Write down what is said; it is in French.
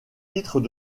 titres